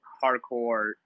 hardcore